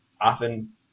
often